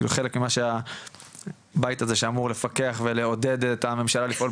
חלק ממה שהבית הזה שאמור לפקח ולעודד את הממשלה לפעול